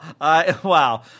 Wow